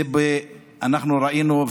אנחנו ראינו,